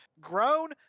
grown